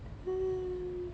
hmm